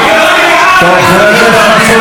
חבר הכנסת מסעוד גנאים,